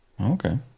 okay